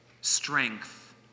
strength